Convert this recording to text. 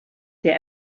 der